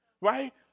Right